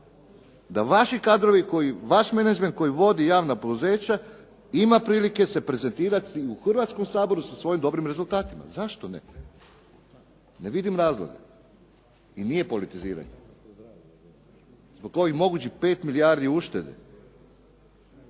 vaš menađment koji vodi javna poduzeća ima prilike se prezentirati u Hrvatskom saboru sa svojim dobrim rezultatima? Zašto ne? Ne vidim razloga. I nije politiziranje. Zbog ovih mogućih 5 milijardi uštede